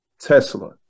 Tesla